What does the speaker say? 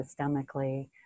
systemically